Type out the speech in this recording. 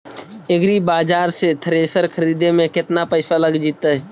एग्रिबाजार से थ्रेसर खरिदे में केतना पैसा लग जितै?